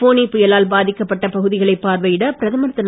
ஃபோனி புயலால் பாதிக்கப்பட்ட பகுதிகளைப் பார்வையிட பிரதமர் திரு